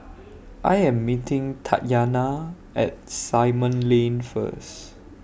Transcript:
I Am meeting Tatyanna At Simon Lane First